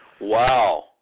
wow